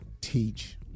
teach